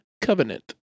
Covenant